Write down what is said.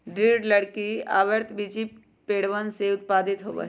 दृढ़ लकड़ी आवृतबीजी पेड़वन से उत्पादित होबा हई